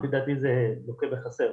לפי דעתי זה לוקה בחסר.